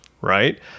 right